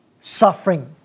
suffering